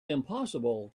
impossible